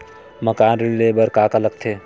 मकान ऋण ले बर का का लगथे?